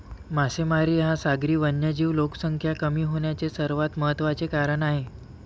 मासेमारी हा सागरी वन्यजीव लोकसंख्या कमी होण्याचे सर्वात महत्त्वाचे कारण आहे